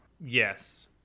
yes